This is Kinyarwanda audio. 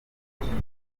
umwambi